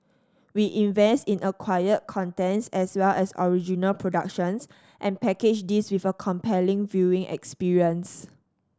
we invest in acquired content as well as original productions and package this with a compelling viewing experience